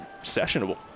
sessionable